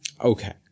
Okay